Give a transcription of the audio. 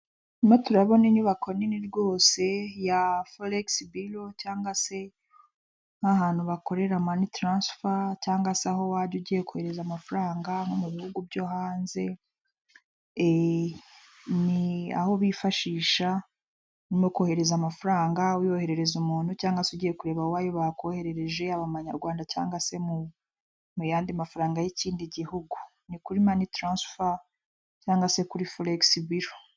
Mo turimo turabona inyubako nini rwose ya forigisi biro cyangwa se nk'ahantu bakorera mani taransifa, cyangwa se aho wajya ugiye kohereza amafaranga mu bihugu byo hanze, ni aho bifashisha mu kohereza amafaranga wiyoherereza umuntu cyangwa se ugiye kureba wowe ayo bakoherereje yaba amanyarwanda cyangwa se mu yandi mafaranga y'ikindi gihugu. Ni kuri mani taransifa cyangwa se kuri forigisi biro.